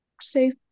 safe